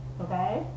Okay